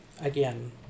again